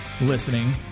listening